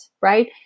right